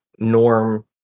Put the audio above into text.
Norm